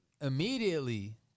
Immediately